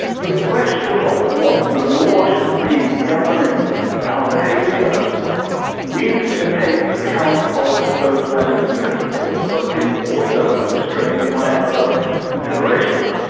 the question of what the law should be governing our behaviour needs to take account of those values and principles but is also constrained by other considerations.